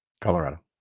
Colorado